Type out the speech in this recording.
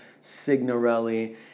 Signorelli